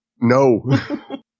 No